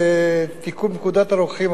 לתיקון פקודת הרוקחים,